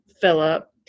philip